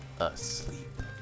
asleep